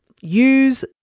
use